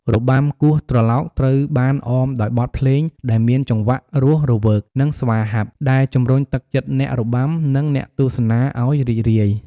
របាំគោះត្រឡោកត្រូវបានអមដោយបទភ្លេងដែលមានចង្វាក់រស់រវើក និងស្វាហាប់ ដែលជំរុញទឹកចិត្តអ្នករបាំ និងអ្នកទស្សនាឱ្យរីករាយ។